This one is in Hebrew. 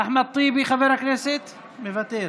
מוותר,